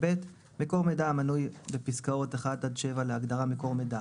2/ב'.מקור מידע המנוי בפסקאות אחת עד שבע להגדרה "מקור מידע":